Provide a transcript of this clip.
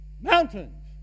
mountains